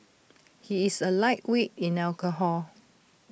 he is A lightweight in alcohol